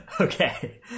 Okay